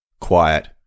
quiet